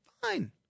Fine